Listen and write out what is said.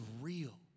real